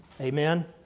Amen